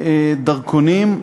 דרכונים,